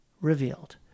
revealed